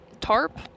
tarp